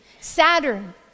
Saturn